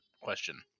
question